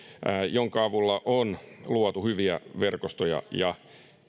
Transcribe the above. jonka avulla on luotu hyviä verkostoja ja